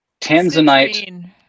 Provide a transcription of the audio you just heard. tanzanite